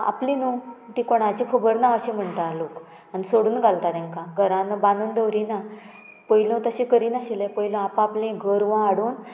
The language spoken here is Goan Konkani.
आपली न्हू ती कोणाची खबर ना अशें म्हणटा लोक आनी सोडून घालता तेंकां घरान बांदून दवरिना पयलू तशें करिनाशिल्लें पयलू आप आपलीं गोरवां हाडून